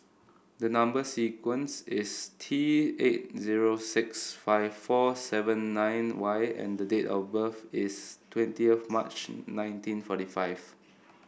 the number sequence is T eight zero six five four seven nine Y and the date of birth is twentieth of March nineteen forty five